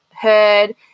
heard